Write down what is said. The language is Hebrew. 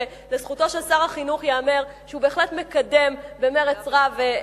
שלזכותו של שר החינוך ייאמר שהוא בהחלט מקדם במרץ רב,